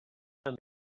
and